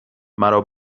مرا